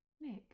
Nick